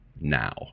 now